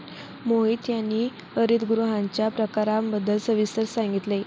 मोहित यांनी हरितगृहांच्या प्रकारांबद्दल सविस्तर सांगितले